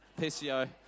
PCO